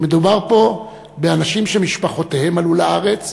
כי מדובר פה באנשים שמשפחותיהם עלו לארץ,